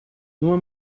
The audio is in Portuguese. numa